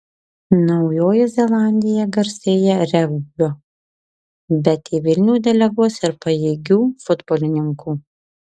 naujoji zelandija garsėja regbiu bet į vilnių deleguos ir pajėgių futbolininkų